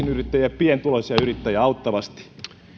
yksinyrittäjiä ja pienituloisia yrittäjiä auttavasti